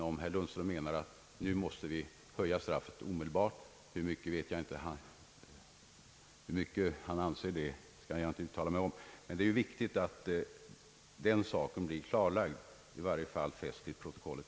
Om herr Lundström menar att vi måste höja straffet omedelbart — hur mycket han anser vet jag inte — är det viktigt att detta blir klarlagt eller i varje fall noterat till protokollet.